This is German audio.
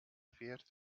fährt